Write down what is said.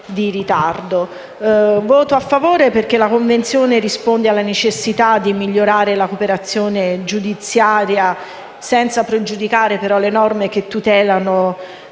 voto sarà favorevole perché la Convenzione risponde alla necessità di migliorare la cooperazione giudiziaria, senza pregiudicare però le norme che tutelano